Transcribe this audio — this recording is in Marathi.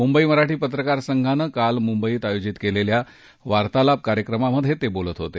मुंबई मराठी पत्रकार संघानं काल मुंबईत आयोजित केलेल्या सवादात्मक कार्यक्रमात ते बोलत होते